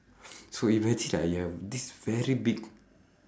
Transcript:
so imagine like you have this very big